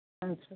ಹಾಂ ಸರ್